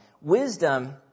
Wisdom